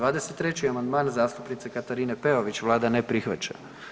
23. amandman zastupnice Katarine Peović vlada ne prihvaća.